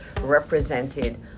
represented